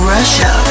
Russia